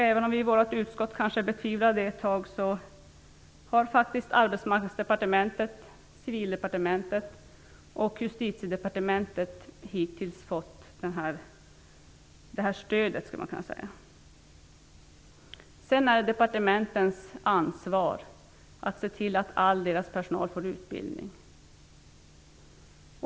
Även om vi i arbetsmarknadsutskottet betvivlade det ett tag har faktiskt Arbetsmarknadsdepartementet, Civildepartementet och Justitiedepartementet hittills fått detta stöd. Sedan är det departementens ansvar att se till att all deras personal får utbildning.